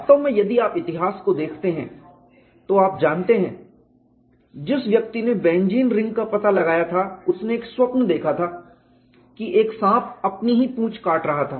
वास्तव में यदि आप इतिहास को देखते हैं तो आप जानते हैं जिस व्यक्ति ने बेंजीन रिंग का पता लगाया था उसने एक स्वप्न देखा था कि एक सांप अपनी ही पूंछ काट रहा था